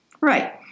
Right